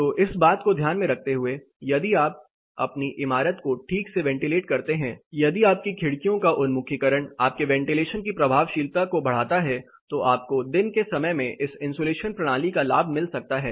तो इस बात को ध्यान में रखते हुए यदि आप अपनी इमारत को ठीक से वेंटीलेट करते हैं यदि आपकी खिड़कियों का उन्मुखीकरण आपके वेंटीलेशन की प्रभावशीलता को बढ़ाता हैं तो आपको दिन के समय में इस इन्सुलेशन प्रणाली का लाभ मिल सकता है